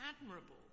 admirable